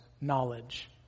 knowledge